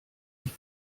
ich